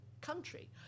country